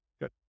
good